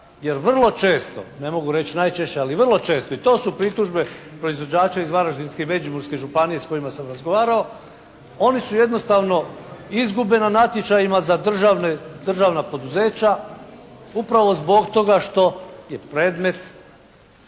jer vrlo često, ne mogu reći najčešće, ali vrlo često, i to su pritužbe proizvođača iz Varaždinske i Međimurske županije s kojima sam razgovarao, oni su jednostavno izgube na natječajima za državna poduzeća upravo zbog toga što je predmet